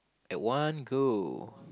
at one go